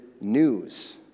news